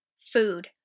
Food